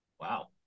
Wow